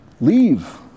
Leave